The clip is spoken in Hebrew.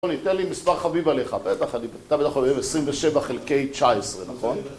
רוני, תן לי מספר חביב עליך, בטח אני... אתה בטח אוהב 27 חלקי 19, נכון?